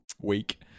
week